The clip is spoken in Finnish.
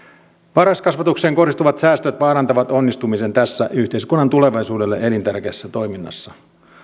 varhaiskasvatukseen kohdistuvat säästöt vaarantavat onnistumisen tässä yhteiskunnan tulevaisuudelle elintärkeässä toiminnassa